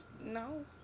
No